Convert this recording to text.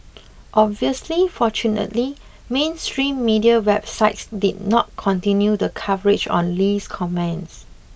obviously fortunately mainstream media websites did not continue the coverage on Lee's comments